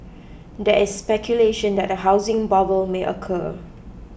there is speculation that a housing bubble may occur